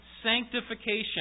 Sanctification